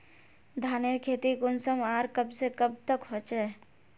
धानेर खेती कुंसम आर कब से कब तक होचे?